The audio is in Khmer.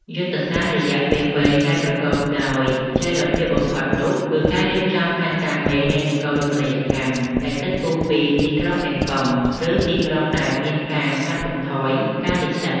យុទ្ធសាស្ត្ររយៈពេលវែងដែលប្រកបដោយចីរភាពបំផុតនោះ គឺការរៀបចំផែនការមេនៃនគរូបនីយកម្មដែលគិតគូរពី ទីក្រុងអេប៉ុង ឬ ទីក្រុងដែលមានការកាត់បន្ថយការលិចទឹក។